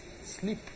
Sleep